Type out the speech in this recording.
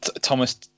Thomas